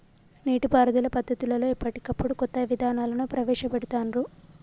నీటి పారుదల పద్దతులలో ఎప్పటికప్పుడు కొత్త విధానాలను ప్రవేశ పెడుతాన్రు